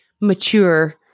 mature